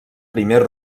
primer